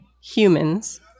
humans